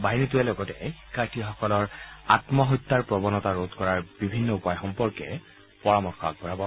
বাহিনীটোৱে লগতে শিক্ষাৰ্থীসকলৰ আম্মহত্যাৰ প্ৰৱণতা ৰোধ কৰাৰ বিভিন্ন উপায় সম্পৰ্কে পৰামৰ্শও আগবঢ়াব